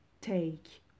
take